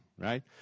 right